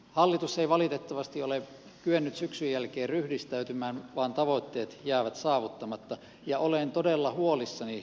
hallitus ei valitettavasti ole kyennyt syksyn jälkeen ryhdistäytymään vaan tavoitteet jäävät saavuttamatta ja olen todella huolissani suomen luottoluokituksesta